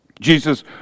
Jesus